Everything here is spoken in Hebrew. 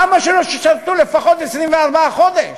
למה שלא תשרתו לפחות 24 חודש?